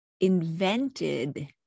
invented